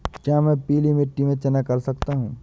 क्या मैं पीली मिट्टी में चना कर सकता हूँ?